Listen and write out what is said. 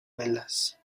velas